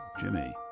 Jimmy